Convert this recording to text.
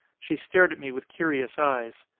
she stared at me with curious eyes.